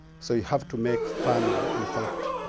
so have to make farming, in fact,